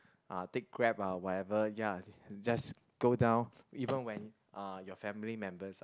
uh taxi Grab ah whatever ya just go down even when uh your family members are